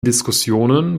diskussionen